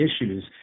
issues